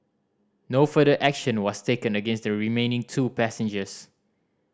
no further action was taken against the remaining two passengers